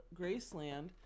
Graceland